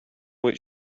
what